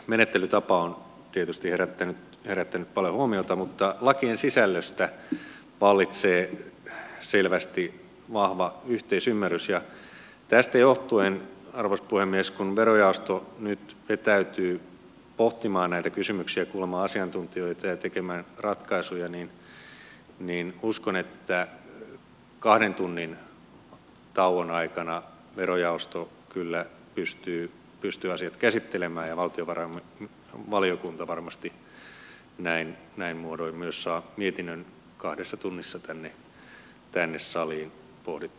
menettelytapa on tietysti herättänyt paljon huomiota mutta lakien sisällöstä vallitsee selvästi vahva yhteisymmärrys ja tästä johtuen arvoisa puhemies kun verojaosto nyt vetäytyy pohtimaan näitä kysymyksiä kuulemaan asiantuntijoita ja tekemään ratkaisuja uskon että kahden tunnin tauon aikana verojaosto kyllä pystyy asiat käsittelemään ja valtiovarainvaliokunta varmasti näin muodoin myös saa mietinnön kahdessa tunnissa tänne saliin pohdittavaksi